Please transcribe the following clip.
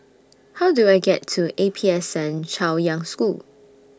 How Do I get to A P S N Chaoyang School